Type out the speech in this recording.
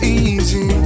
easy